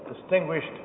distinguished